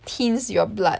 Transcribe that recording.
thins your blood